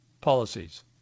policies